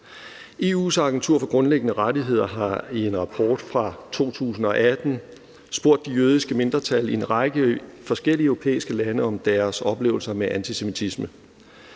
EU's Agentur for Grundlæggende Rettigheder har i en rapport fra 2018 spurgt de jødiske mindretal i en række forskellige europæiske lande om deres oplevelser med antisemitisme.